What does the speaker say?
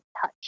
touch